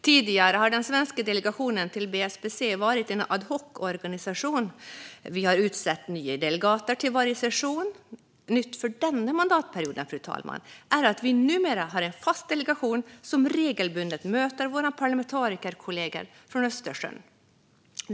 Tidigare har den svenska delegationen till BSPC varit en ad hoc-organisation, och vi har utsett nya delegater till varje session. Nytt för denna mandatperiod, fru talman, är att vi numera har en fast delegation, som regelbundet möter våra parlamentarikerkollegor från Östersjöområdet.